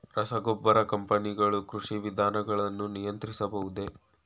ರಸಗೊಬ್ಬರ ಕಂಪನಿಗಳು ಕೃಷಿ ವಿಧಾನಗಳನ್ನು ನಿಯಂತ್ರಿಸಬಹುದೇ?